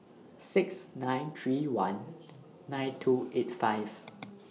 six nine three one nine two eight five